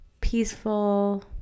peaceful